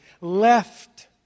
left